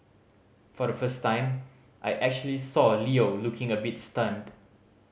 for the first time I actually saw Leo looking a bit stunned